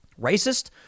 racist